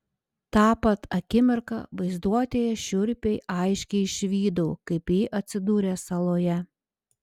tą pat akimirką vaizduotėje šiurpiai aiškiai išvydau kaip ji atsidūrė saloje